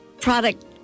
product